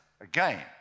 Again